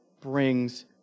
brings